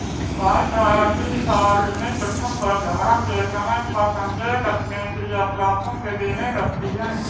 गाय प्रायः तीन साल में प्रथम गर्भधारण के समय का संकेत अपने क्रियाकलापों से देने लगती हैं